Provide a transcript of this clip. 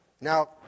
Now